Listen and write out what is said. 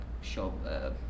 show